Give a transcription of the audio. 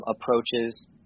approaches